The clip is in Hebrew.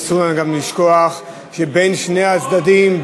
אסור גם לשכוח שבין שני הצדדים,